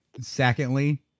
Secondly